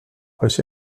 oes